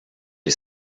est